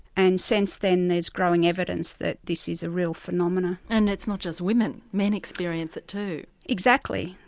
and since then there's growing evidence that this is a real phenomenon. and it's not just women, men experience it too? exactly,